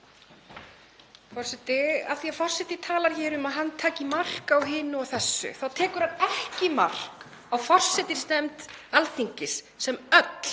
því forseti talar hér um að hann taki mark á hinu og þessu þá tekur hann ekki mark á forsætisnefnd Alþingis sem öll